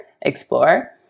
explore